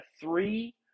three